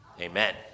Amen